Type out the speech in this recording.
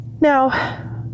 now